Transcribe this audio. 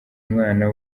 umwana